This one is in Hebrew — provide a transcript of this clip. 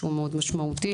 שהוא מאוד משמעותי,